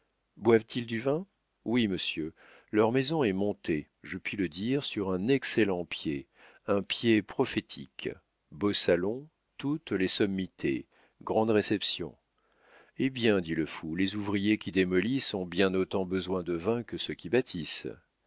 boivent ils du vin oui monsieur leur maison est montée je puis le dire sur un excellent pied un pied prophétique beaux salons toutes les sommités grandes réceptions eh bien dit le fou les ouvriers qui démolissent ont bien autant besoin de vin que ceux qui bâtissent